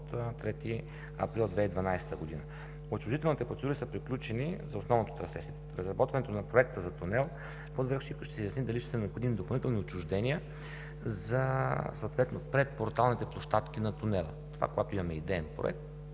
от 3 април 2012 г. Учредителните процедури са приключени за основното трасе. След разработването на проекта за тунел под връх Шипка ще се изясни дали ще са необходими допълните отчуждения за предпорталните площадки на тунела. Когато имаме идеен проект,